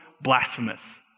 blasphemous